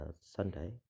sunday